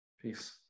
Peace